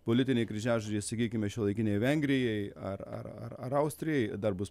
politiniai kryžiažodžiai sakykime šiuolaikinei vengrijai ar ar ar ar austrijai dar bus